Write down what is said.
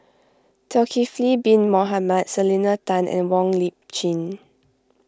Zulkifli Bin Mohamed Selena Tan and Wong Lip Chin